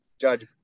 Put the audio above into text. Judge